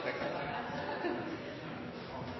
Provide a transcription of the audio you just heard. jeg kan repetere de